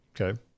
Okay